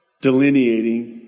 delineating